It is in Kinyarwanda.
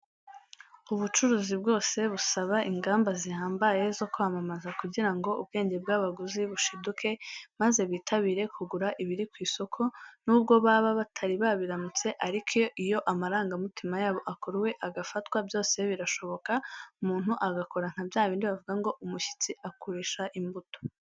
Ubucuruzi bwose busaba ingamba zihambaye zo kwamamaza kugira ngo ubwenge bw'abaguzi bushiduke, maze bitabire kugura ibiri ku isoko n'ubwo baba batari babiramutse ariko iyo amarangamutima yabo akuruwe agafatwa byose birashoboka, umuntu agakora nka bya bindi bavuga ngo umushyitsi akurisha imbuto.